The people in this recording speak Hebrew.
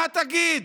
מה תגיד?